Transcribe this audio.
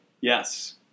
Yes